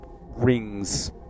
rings